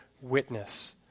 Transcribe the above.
witness